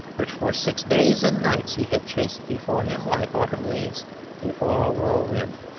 which for six days and nights he had chased before him like autumn leaves before a whirlwind.